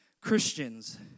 Christians